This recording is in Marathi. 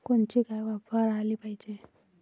कोनची गाय वापराली पाहिजे?